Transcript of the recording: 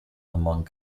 among